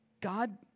God